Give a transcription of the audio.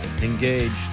engaged